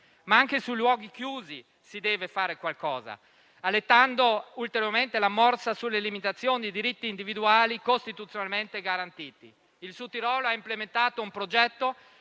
Anche sui luoghi chiusi, però, si deve fare qualcosa, allentando ulteriormente la morsa sulle limitazioni ai diritti individuali costituzionalmente garantiti. Il Sudtirolo ha implementato un progetto